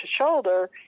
shoulder